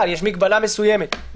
יש ברשימה המשותפת.